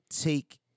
take